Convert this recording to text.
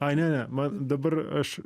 ai ne ne dabar aš